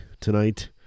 tonight